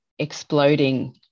exploding